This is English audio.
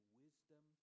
wisdom